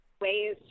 ways